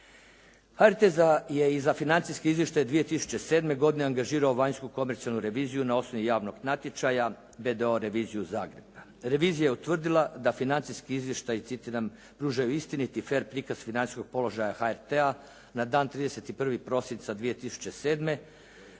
HRT je i za Financijski izvještaj 2007. godine angažirao vanjsku komercijalnu reviziju na osnovi javnog natječaja VDO reviziju Zagreb. Revizija je utvrdila da financijski izvještaj citiram pruža istinit i fer prikaz financijskog položaja HRT-a na dan 31. prosinca 2007. te